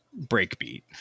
breakbeat